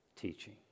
teaching